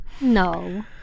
No